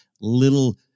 little